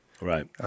Right